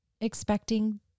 expecting